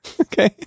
Okay